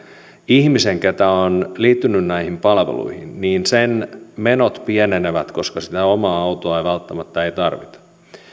ihmisen joka on liittynyt näihin palveluihin menot pienenevät koska sitä omaa autoa ei välttämättä tarvita